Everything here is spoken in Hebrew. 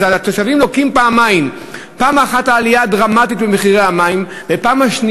אז התושבים לוקים פעמיים: פעם אחת בעלייה הדרמטית במחירי המים,